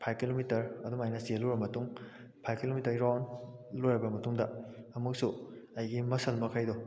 five kilometre ꯑꯗꯨꯃꯥꯏꯅ ꯆꯦꯜꯂꯨꯔꯕ ꯃꯇꯨꯡ ꯐꯥꯏꯕ ꯀꯤꯂꯣꯃꯤꯇꯔꯒꯤ ꯔꯥꯎꯟ ꯂꯣꯏꯔꯕ ꯃꯇꯨꯡꯗ ꯑꯃꯨꯛꯁꯨ ꯑꯩꯒꯤ ꯃꯁꯜ ꯃꯈꯩꯗꯣ